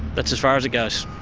that's as far as it goes.